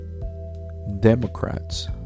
Democrats